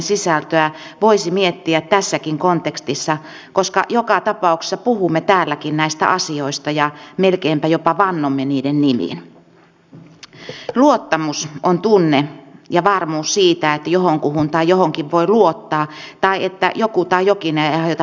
eikö pitäisi miettiä nyt myös tätä kokoluokka asiaa ettei käy sitten niin että kun on tarjoukset jossain vaiheessa saatu niin sitten sanotaan että joku tai jokin hätä